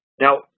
now